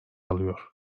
alıyor